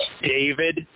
David